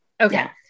Okay